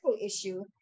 issue